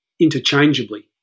interchangeably